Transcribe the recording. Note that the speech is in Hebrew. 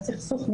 והסכסוך,